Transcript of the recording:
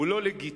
הוא לא לגיטימי?